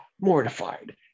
Mortified